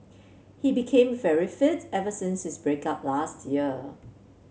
he became very fit ever since his break up last year